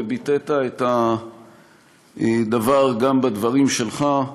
וביטאת את הדבר גם בדברים שלך,